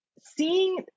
seeing